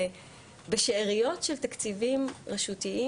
בשאריות של תקציבי רשות,